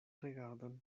rigardon